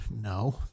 no